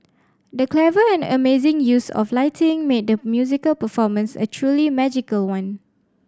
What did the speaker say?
the clever and amazing use of lighting made the musical performance a truly magical one